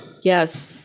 Yes